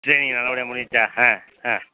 training நல்லபடியாக முடிஞ்சுடுச்சா ஆ ஆ